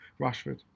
Rashford